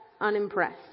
unimpressed